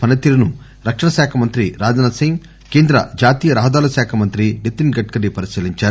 పనితీరును రక్షణ శాఖ మంత్రి రాజ్ నాథ్ సింగ్ కేంద్ర జాతీయ రహదారుల శాఖ మంత్రి నితిస్ గడ్కరీ పరిశీలించారు